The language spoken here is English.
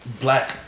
black